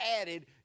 added